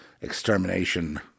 extermination